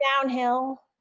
Downhill